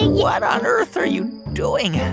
what on earth are you doing?